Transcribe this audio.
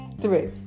three